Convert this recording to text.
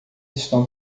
estão